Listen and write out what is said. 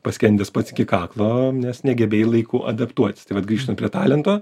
paskendęs pats iki kaklo nes negebėjai laiku adaptuotis tai vat grįžtant prie talento